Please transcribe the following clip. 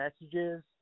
messages